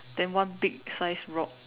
then one big sized rock